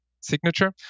signature